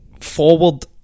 forward